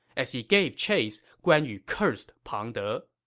as he gave chase, guan yu cursed pang de,